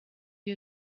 you